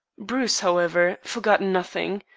bruce, however, forgot nothing.